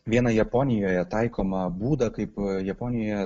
vieną japonijoje taikomą būdą kaip japonijoje